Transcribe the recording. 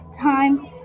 time